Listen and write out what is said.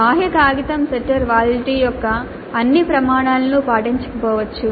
బాహ్య కాగితం setter validity యొక్క అన్ని ప్రమాణాలను పాటించకపోవచ్చు